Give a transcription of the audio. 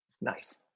Nice